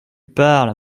parles